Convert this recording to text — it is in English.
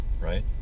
Right